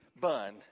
bun